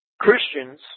Christians